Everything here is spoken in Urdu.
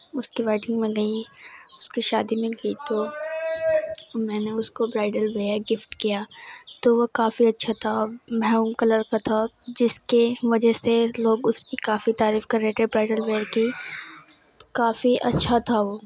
اس کی ویڈنگ میں گئی اس کی شادی میں گئی تو میں نے اس کو برائڈل دیا گفٹ کیا تو وہ کافی اچھا تھا میہرون کلر تھا جس کے وجہ سے لوگ اس کی کافی تعریف کر رہے تھے برائڈل ویئر کی کافی اچھا تھا وہ